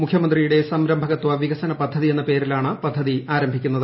മുഖ്യമന്ത്രിയുടെ സംരംഭകത്വ വികസന പദ്ധതി എന്ന പേരിലാണ് ഈ പദ്ധതി ആരംഭിക്കുന്നത്